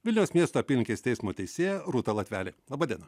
vilniaus miesto apylinkės teismo teisėja rūta latvelė laba diena